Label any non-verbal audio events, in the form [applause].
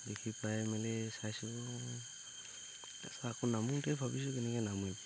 দেখি পাই মেলি চাইছোঁ [unintelligible] আকৌ নামোতেই ভাবিছোঁ কেনেকে নামিম